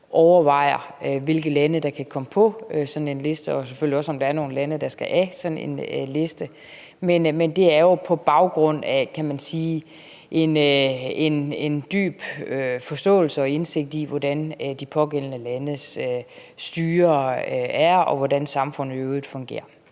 overvejer, hvilke lande der kan komme på sådan en liste, og selvfølgelig også, om der er nogle lande, der skal af en sådan liste. Men det er jo, kan man sige, på baggrund af, en dyb forståelse og indsigt i, hvordan de pågældende landes styre er, og hvordan samfundet i øvrigt fungerer.